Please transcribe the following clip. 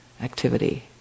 activity